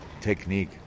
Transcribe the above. technique